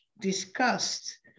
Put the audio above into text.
discussed